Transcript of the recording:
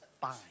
fine